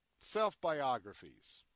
self-biographies